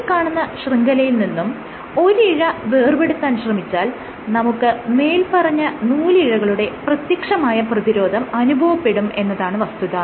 ഈ കാണുന്ന ശൃംഖലയിൽ നിന്നും ഒരിഴ വേർപെടുത്തുവാൻ ശ്രമിച്ചാൽ നമുക്ക് മേല്പറഞ്ഞ നൂലിഴകളുടെ പ്രത്യക്ഷമായ പ്രതിരോധം അനുഭവപ്പെടും എന്നതാണ് വസ്തുത